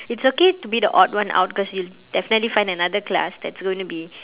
it's okay to be the odd one out because you'll definitely find another class that's gonna be